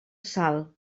sal